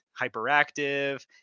hyperactive